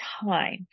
time